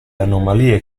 anomalie